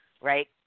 right